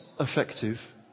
effective